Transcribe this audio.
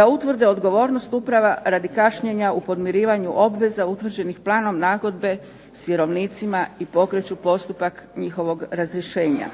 da utvrde odgovornost uprava radi kašnjenja u podmirivanju obveza utvrđenih planom nagodbe s vjerovnicima i pokreću postupak njihovog razrješenja.